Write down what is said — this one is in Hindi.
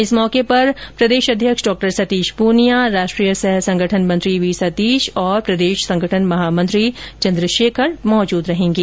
इस मौके पर प्रदेश अध्यक्ष डॉ सतीश पूनिया राष्ट्रीय सहसंगठन मंत्री वी सतीश और प्रदेश संगठन महामंत्री चन्द्रशेखर मौजूद रहेंगे